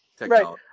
Right